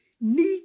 need